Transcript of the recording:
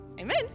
Amen